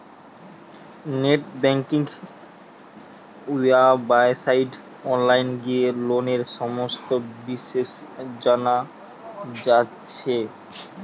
net banking ওয়েবসাইটে online গিয়ে লোনের সমস্ত বিষয় জানা যাচ্ছে